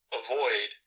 avoid